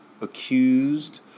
accused